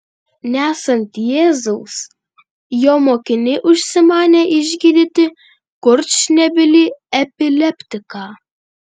nesant jėzaus jo mokiniai užsimanė išgydyti kurčnebylį epileptiką